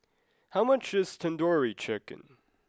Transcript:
how much is Tandoori Chicken